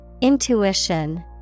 Intuition